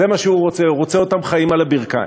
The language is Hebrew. זה מה שהוא רוצה, הוא רוצה אותם חיים על הברכיים.